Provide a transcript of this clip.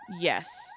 Yes